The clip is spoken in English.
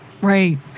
Right